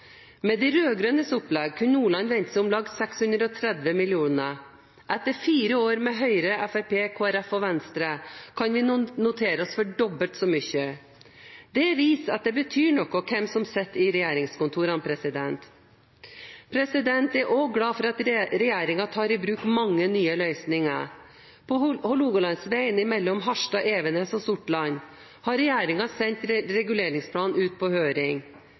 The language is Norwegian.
Med de rød-grønnes opplegg kunne Nordland vente seg om lag 630 mill. kr. Etter fire år med Høyre, Fremskrittspartiet, Kristelig Folkeparti og Venstre kan vi notere oss for dobbelt så mye. Det viser at det betyr noe hvem som sitter i regjeringskontorene. Jeg er også glad for at regjeringen tar i bruk mange nye løsninger. På Hålogalandsveien mellom Harstad, Evenes og Sortland har regjeringen sendt reguleringsplan ut på høring.